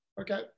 okay